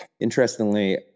interestingly